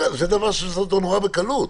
זה דבר שאפשר לעשות אותו נורא בקלות.